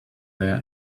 there